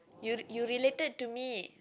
you you related to me